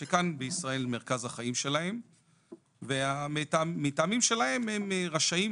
שכאן בישראל מרכז החיים שלהם ומטעמים שלהם הם רשאים,